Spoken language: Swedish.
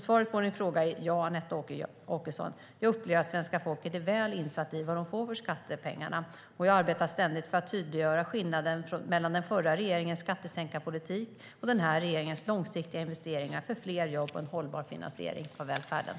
Svaret på Anette Åkessons fråga är därför ja. Jag upplever att svenska folket är väl insatt i vad de får för skattepengarna, och jag arbetar ständigt för att tydliggöra skillnaden mellan den förra regeringens skattesänkarpolitik och den här regeringens långsiktiga investeringar för fler jobb och en hållbar finansiering av välfärden.